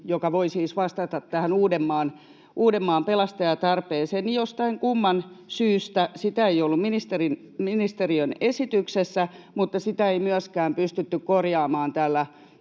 joka voi siis vastata tähän Uudenmaan pelastajatarpeeseen — niin jostain kumman syystä sitä ei ollut ministeriön esityksessä, eikä sitä myöskään pystytty korjaamaan täällä